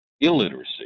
illiteracy